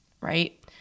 right